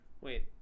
Wait